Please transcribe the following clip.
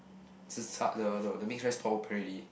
zi char the no the mix rice stall open already